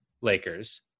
Lakers